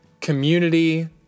community